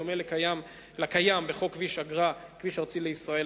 בדומה לקיים בחוק כביש אגרה (כביש ארצי לישראל),